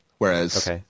Whereas